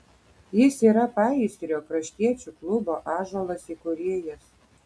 jis yra paįstrio kraštiečių klubo ąžuolas įkūrėjas